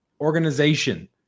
organization